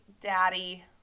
daddy